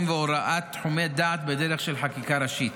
והוראת תחומי דעת בדרך של חקיקה ראשית.